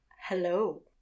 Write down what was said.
Hello